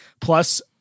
Plus